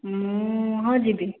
ମୁଁ ହଁ ଯିବି